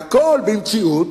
והכול במציאות